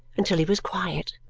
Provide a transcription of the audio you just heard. until he was quiet.